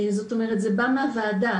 זאת אומרת, זה בא מהוועדה.